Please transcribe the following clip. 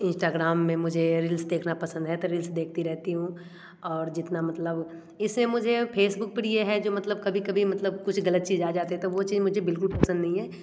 Instagram में मुझे reels देखना पसंद है तो रील्स देखती रहती हूँ और जितना मतलब इससे मुझे फेसबुक पर ये है जो मतलब कभी कभी मतलब कुछ गलत चीज आ जाते तो वह चीज़ मुझे बिल्कुल पसंद नहीं है